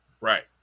Right